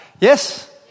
Yes